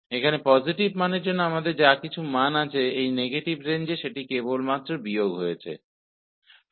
तो यहां हमारे पास जो भी पॉसिटिव मान हैं इस नेगेटिव रेंज में उसका केवल नेगेटिव मान ही प्राप्त होगा